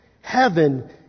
Heaven